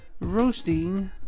roasting